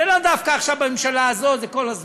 זה לאו דווקא עכשיו, בממשלה הזו, זה כל הזמן.